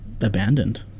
abandoned